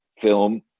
film